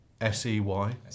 S-E-Y